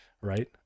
right